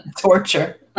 Torture